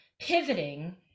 pivoting